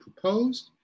proposed